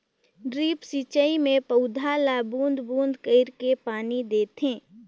drip सिंचई मे पउधा ल बूंद बूंद कईर के पानी देथे